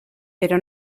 pero